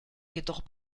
jedoch